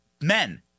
men